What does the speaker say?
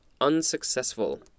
unsuccessful